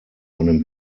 einem